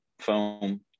foam